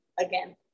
again